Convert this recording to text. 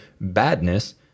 badness